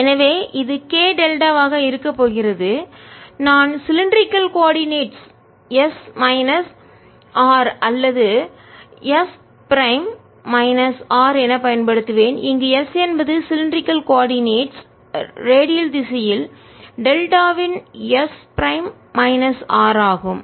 எனவே இது K டெல்டாவாக இருக்கப் போகிறது நான் சிலிண்டரிகள் கோஆர்டினட்ஸ் உருளை ஆயத்தொலைவுகளை s மைனஸ் R அல்லது s பிரைம் மைனஸ் R என பயன்படுத்துவேன் இங்கு s என்பது சிலிண்டரிகள் கோஆர்டினட்ஸ் உருளை ஆயத்தொலைவு ரேடியல் திசையில் டெல்டாவின் s பிரைம் மைனஸ் R ஆகும்